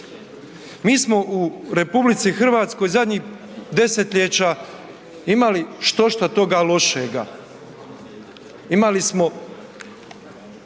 Mi smo u RH zadnjeg desetljeća imali štošta toga lošega, imali smo